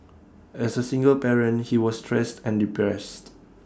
as A single parent he was stressed and depressed